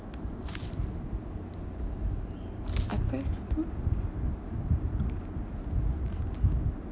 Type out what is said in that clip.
I press on